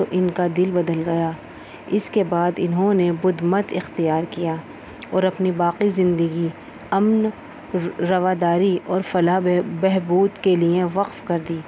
تو ان کا دل بدل گیا اس کے بعد انہوں نے بدھ مت اختیار کیا اور اپنی باقی زندگی امن رواداری اور فلاح بہبود کے لیے وقف کر دی